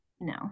No